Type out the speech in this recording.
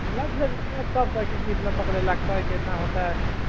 सभ कहै छै केतना तक लागतै केतना होतै